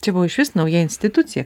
čia buvo išvis nauja institucija